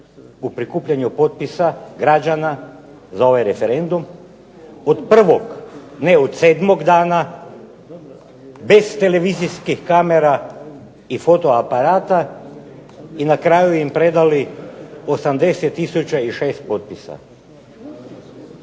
u prikupljanju potpisa građana za ovaj referendum od prvog, ne od sedmog dana bez televizijskih kamera i foto aparata i na kraju im predali 80006 potpisa.